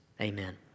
Amen